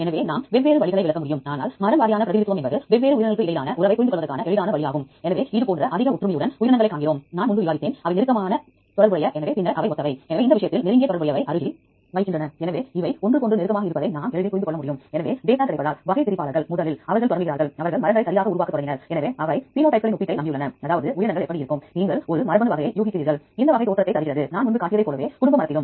எனவே இவை அனைத்தும் DDBJ வுக்கான வகுப்பு இப்போது நான் Uniprot பற்றி சொல்லப்போகிறேன் எனவே Uniprot நிறைய டேட்டாபேஸ் களுக்கான இணைப்பை கொண்டுள்ளது எடுத்துக்காட்டாக Swiss Prot T R E M B L UniRef Parc மற்றும் புரோடியோம்கள்